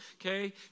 okay